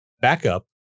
Backup